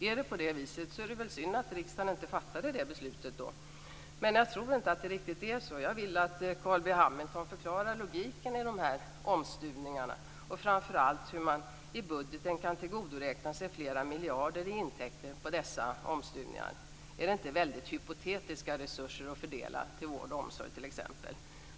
Är det på det viset är det synd att riksdagen inte fattade det beslutet, men jag tror inte riktigt att det är så. Jag vill att Carl B Hamilton förklarar logiken i omstuvningarna och framför allt hur man i budgeten kan tillgodoräkna sig flera miljarder i intäkter på dessa omstuvningar. Är det inte väldigt hypotetiska resurser att fördela på vård och omsorg, t.ex.?